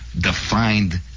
defined